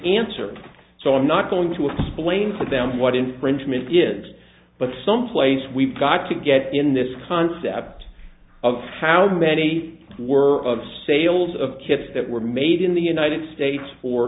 answered so i'm not going to explain to them what infringement is but someplace we've got to get in this concept of how many were of sales of kits that were made in the united states for